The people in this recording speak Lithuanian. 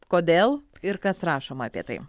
kodėl ir kas rašoma apie tai